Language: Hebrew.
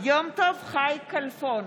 יום טוב חי כלפון,